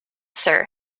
sir